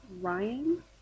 Ryan